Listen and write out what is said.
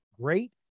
great